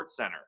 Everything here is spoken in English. SportsCenter